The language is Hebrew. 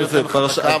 אני נותן לך דקה.